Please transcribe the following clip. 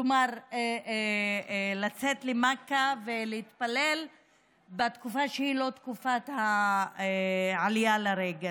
כלומר לצאת למכה ולהתפלל בתקופה שהיא לא תקופת העלייה לרגל.